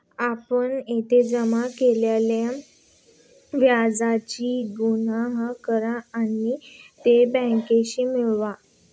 आपण येथे जमा केलेल्या व्याजाची गणना करा आणि ती बँकेशी मिळवा